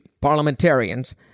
parliamentarians